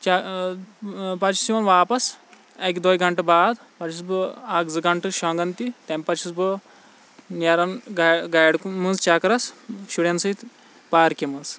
پَتہٕ چھُس یِوان واپَس اکہِ دۄیہِ گَنٹہٕ باد پَتہٕ چھُس بہٕ اَکھ زٕ گنٹہٕ شوٚنگان تہِ تمہِ پَتہٕ چھُس بہٕ نیران گَر گَاڑِ کُن چَکرَس شُرؠن سۭتۍ پارکہِ منٛز